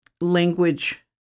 language